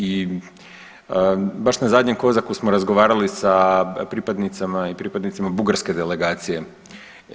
I baš na zadnjem COSAC-u smo razgovarali sa pripadnicama i pripadnicima bugarske delegacije.